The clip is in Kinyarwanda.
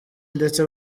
ndetse